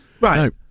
Right